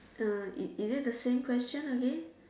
uh is it the same question again